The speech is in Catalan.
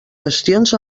gestions